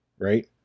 right